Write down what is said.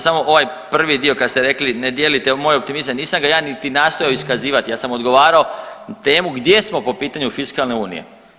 Samo ovaj prvi dio kad ste rekli ne dijelite moj optimizam, nisam ga ja niti nastojao iskazivati, ja sam odgovarao na temu gdje smo pitanju fiskalne unije.